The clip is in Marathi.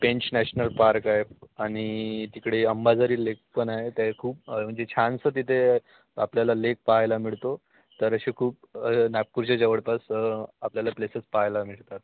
पेंच नॅशनल पार्क आहे आणि तिकडे अंबाझरी लेक पण आहे ते खूप म्हणजे छानसं तिथे आपल्याला लेक पाहायला मिळतो तर असे खूप नागपूरच्या जवळपास आपल्याला प्लेसेस पाहायला मिळतात